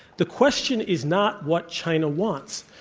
the question is not what china wants.